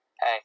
hey